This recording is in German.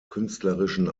künstlerischen